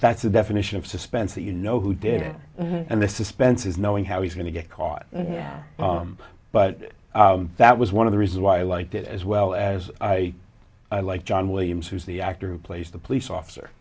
that's the definition of suspense that you know who did it and the suspense is knowing how he's going to get caught but that was one of the reasons why i liked it as well as i like john williams who's the actor who plays the police officer